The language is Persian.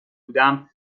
بودم